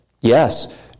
Yes